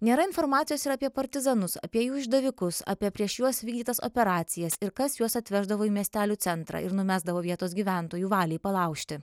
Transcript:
nėra informacijos ir apie partizanus apie jų išdavikus apie prieš juos vykdytas operacijas ir kas juos atveždavo į miestelių centrą ir numesdavo vietos gyventojų valiai palaužti